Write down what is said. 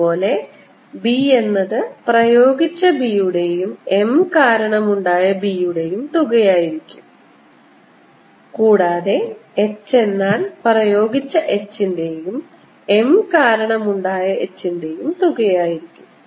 അതുപോലെ B എന്നത് പ്രയോഗിച്ച B യുടെയും m കാരണം ഉണ്ടായ B യുടെയും തുകയായിരിക്കും കൂടാതെ h എന്നാൽ പ്രയോഗിച്ച h ൻറെയും m കാരണം ഉണ്ടായ h ൻറെയും തുകയായിരിക്കും